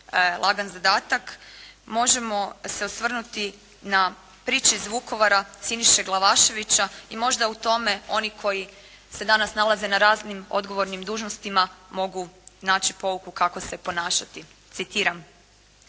lagan zadatak, možemo se osvrnuti na "Priče iz Vukovara" Siniše Glavaševića i možda u tome oni koji se danas nalaze na raznim odgovornim dužnostima mogu naći pouku kako se ponašati, citiram: